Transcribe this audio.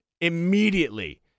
immediately